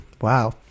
Wow